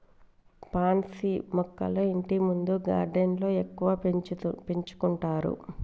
pansy మొక్కలు ఇంటిముందు గార్డెన్లో ఎక్కువగా పెంచుకుంటారు